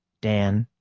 dan?